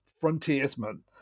frontiersman